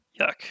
Yuck